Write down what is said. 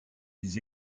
des